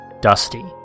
dusty